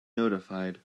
notified